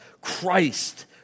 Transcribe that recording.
Christ